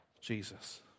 Jesus